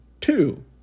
two